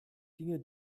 ginge